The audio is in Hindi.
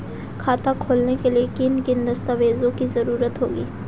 खाता खोलने के लिए किन किन दस्तावेजों की जरूरत होगी?